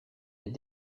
est